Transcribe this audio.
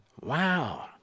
Wow